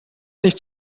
nicht